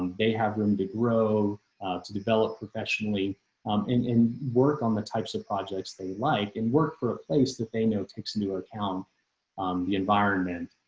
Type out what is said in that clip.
um they have room to grow to develop professionally um in in work on the types of projects they like and work for a place that they know takes into account the environment,